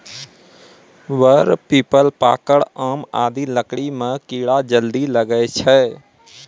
वर, पीपल, पाकड़, आम आदि लकड़ी म कीड़ा जल्दी लागै छै